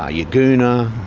ah yagoona,